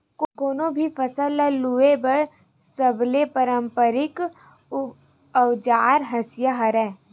कोनो भी फसल ल लूए बर सबले पारंपरिक अउजार हसिया हरय